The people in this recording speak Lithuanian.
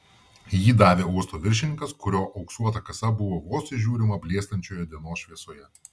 jį davė uosto viršininkas kurio auksuota kasa buvo vos įžiūrima blėstančioje dienos šviesoje